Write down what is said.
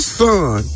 son